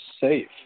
safe